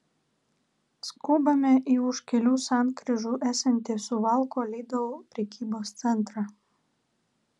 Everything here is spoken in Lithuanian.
skubame į už kelių sankryžų esantį suvalkų lidl prekybos centrą